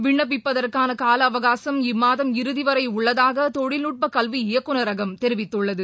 விண்ணப்பிப்பதற்கானகாலஅவகாசம் இம்மாதம் இறுதிவரைஉள்ளதாகதொழில்நுட்பகல்வி இயக்குநரகம் தெரிவித்துள்ளது